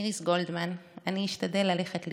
איריס גולדמן, אני אשתדל ללכת להיבדק.